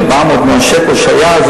400 מיליון שהיו,